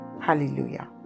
Hallelujah